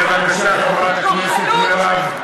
בבקשה, חברת הכנסת מרב.